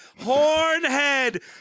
hornhead